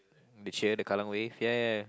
the cheer the Kallang Wave ya ya